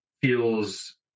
feels